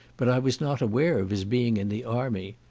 but i was not aware of his being in the army.